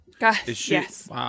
Yes